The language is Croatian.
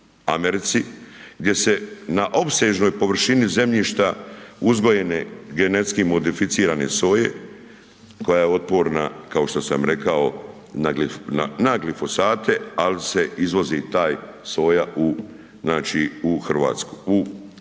gdje se na opsežnoj površini zemljišta uzgojene GMO soje koja je otporna, kao što sam rekao, na glifosate, ali se izvozi taj soja u znači u